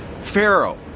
Pharaoh